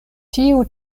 tiu